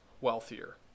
wealthier